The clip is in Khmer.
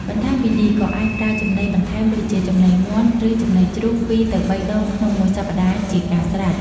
បន្ថែមពីនេះក៏អាចប្រើចំណីបន្ថែមដូចជាចំណីមាន់ ឬ ចំណីជ្រូក២ទៅ៣ដងក្នុងមួយសប្ដាហ៍ជាការស្រេច។